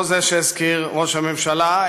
לא זה שהזכיר ראש הממשלה,